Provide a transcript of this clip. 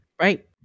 Right